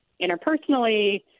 interpersonally